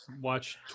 watch